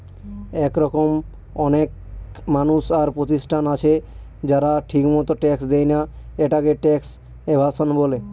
এরকম অনেক মানুষ আর প্রতিষ্ঠান আছে যারা ঠিকমত ট্যাক্স দেয়না, এটাকে ট্যাক্স এভাসন বলে